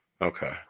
Okay